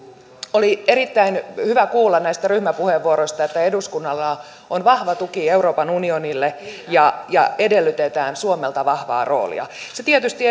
oli erittäin hyvä kuulla näistä ryhmäpuheenvuoroista että eduskunnalla on vahva tuki euroopan unionille ja ja edellytetään suomelta vahvaa roolia se tietysti